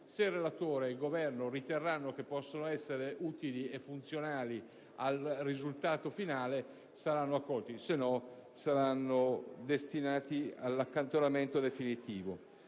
se il relatore e il Governo riterranno che potranno essere utili e funzionali al risultato finale saranno accolti, altrimenti saranno destinati all'accantonamento definitivo.